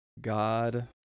God